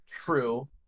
true